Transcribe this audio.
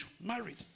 married